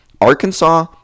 Arkansas